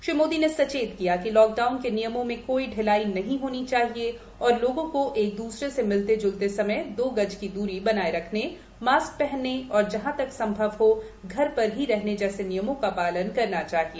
श्री मोदी ने सचेत किया कि लॉकडाउन के नियमों में कोई ढिलाई नहीं होनी चाहिए और लोगों को एक दूसरे से मिलते जूलते समय दो गज की दूरी बनाए रखने मास्क पहनने और जहां तक संभव हो घर पर ही रहने जैसे नियमों का पालन करना चाहिए